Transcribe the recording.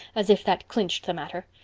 as if that clinched the matter.